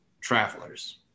travelers